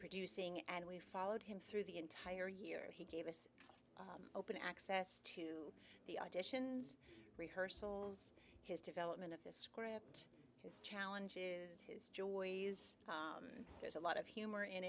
producing and we followed him through the entire year he gave us open access to the auditions rehearsals his development of the script his challenges his joy there's a lot of humor in